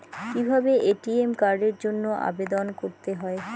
কিভাবে এ.টি.এম কার্ডের জন্য আবেদন করতে হয়?